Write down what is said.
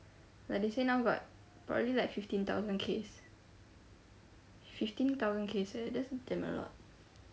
like they say now got got at least like fifteen thousand case fifteen thousand case eh that's damn a lot